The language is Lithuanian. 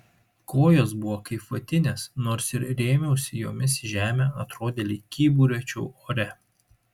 kojos buvo kaip vatinės nors ir rėmiausi jomis į žemę atrodė lyg kyburiuočiau ore